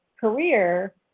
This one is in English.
career